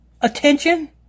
Attention